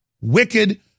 wicked